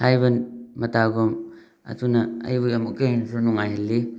ꯍꯥꯏꯕ ꯃꯇꯥꯒꯨꯝ ꯑꯗꯨꯅ ꯑꯩꯕꯨ ꯑꯃꯨꯛꯀ ꯍꯦꯟꯅꯁꯨ ꯅꯨꯡꯉꯥꯏꯍꯜꯂꯤ